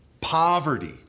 poverty